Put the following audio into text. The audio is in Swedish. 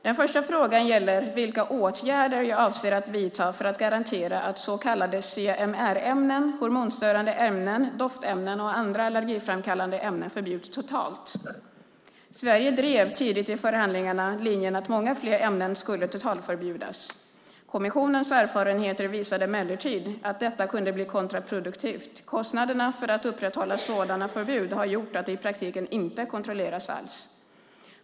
Den första frågan gäller vilka åtgärder jag avser att vidta för att garantera att så kallade CMR-ämnen, hormonstörande ämnen, doftämnen och andra allergiframkallande ämnen förbjuds totalt. Sverige drev tidigt i förhandlingarna linjen att många fler ämnen skulle totalförbjudas. Kommissionens erfarenheter visade emellertid att detta kunde bli kontraproduktivt - kostnaderna för att upprätthålla sådana förbud har gjort att de i praktiken inte kontrolleras alls.